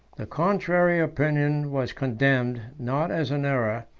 the contrary opinion was condemned, not as an error,